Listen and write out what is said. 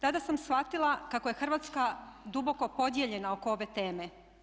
Tada sam shvatila kako je Hrvatska duboko podijeljena oko ove teme.